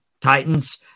Titans